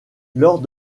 lors